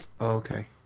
Okay